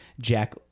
Jack